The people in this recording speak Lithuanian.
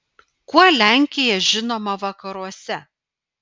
kuo lenkija žinoma vakaruose